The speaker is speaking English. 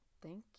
thank